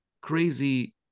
crazy